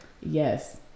Yes